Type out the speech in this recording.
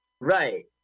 Right